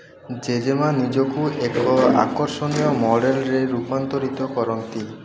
ଜେଜେ ମା' ନିଜକୁ ଏକ ଆକର୍ଷଣୀୟ ମଡ଼େଲ୍ରେ ରୂପାନ୍ତରିତ କରନ୍ତି